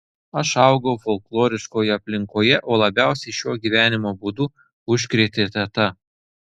aš augau folkloriškoje aplinkoje o labiausiai šiuo gyvenimo būdu užkrėtė teta